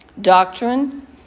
Doctrine